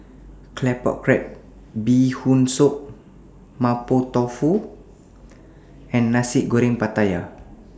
Claypot Crab Bee Hoon Soup Mapo Tofu and Nasi Goreng Pattaya